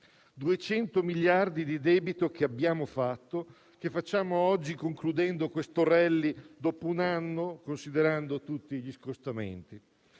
200 miliardi di debito, che abbiamo fatto e che facciamo oggi concludendo questo *rally*, dopo un anno, considerando tutti gli scostamenti.